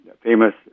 famous